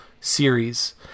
series